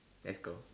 let's go